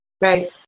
Right